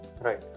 Right